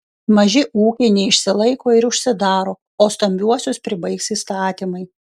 maži ūkiai neišsilaiko ir užsidaro o stambiuosius pribaigs įstatymai